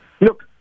Look